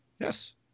Yes